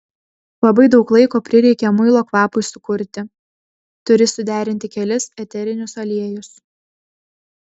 labai daug laiko prireikia muilo kvapui sukurti turi suderinti kelis eterinius aliejus